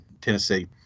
Tennessee